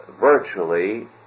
virtually